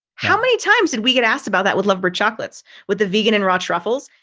how many times did we get asked about that with love for chocolates with the vegan and raw truffles?